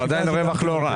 זה עדיין רווח לא רע,